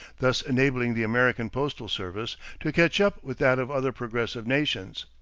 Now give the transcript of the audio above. thus enabling the american postal service to catch up with that of other progressive nations.